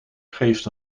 geeft